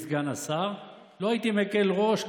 אין דבק לממשלה הזאת,